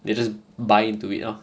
they just buy into it ah